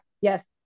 Yes